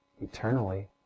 eternally